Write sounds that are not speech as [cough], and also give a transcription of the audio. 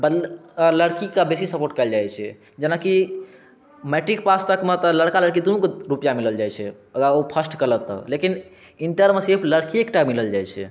[unintelligible] लड़कीकेँ बेसी सपोर्ट कयल जाइत छै जेना कि मैट्रीक पास तकमे तऽ लड़का लड़की दुनूके रुपैआ मिलल जाइत छै अगर ओ फर्स्ट कयलक तऽ लेकिन इण्टरमे सिर्फ लड़किए टाके मिलल जाइत छै